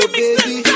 baby